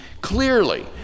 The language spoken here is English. Clearly